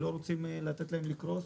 אנחנו לא רוצים לתת להם לקרוס.